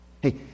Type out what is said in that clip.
Hey